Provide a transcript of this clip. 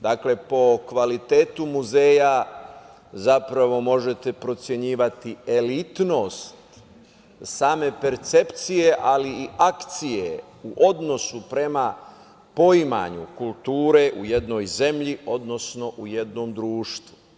Dakle, po kvalitetu muzeja zapravo možete procenjivati elitnost same percepcije, ali i akcije u odnosu prema poimanju kulture u jednoj zemlji, odnosno u jednom društvu.